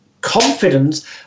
confidence